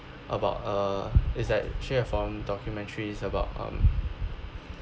about uh it's like share of foreign documentaries about um